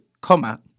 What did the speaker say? comma